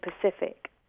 Pacific